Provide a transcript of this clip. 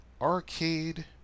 arcade